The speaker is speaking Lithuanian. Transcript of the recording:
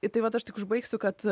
ir tai vat aš tik užbaigsiu kad